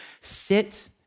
sit